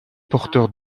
porteurs